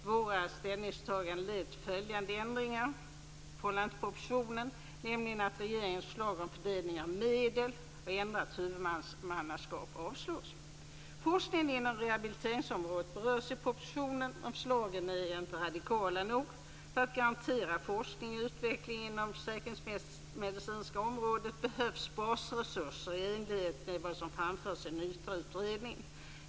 Våra ställningstaganden leder till följande ändringar i förhållande till regeringens proposition, nämligen att regeringens förslag om fördelning av medel och ändrat huvudmannaskap avstyrks. Forskningen inom rehabiliteringsområdet berörs i propositionen, men förslagen är inte radikala nog. För att garantera forskning och utveckling inom det försäkringsmedicinska området behövs basresurser i enlighet med vad som framförs i NYTRA utredningen.